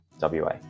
WA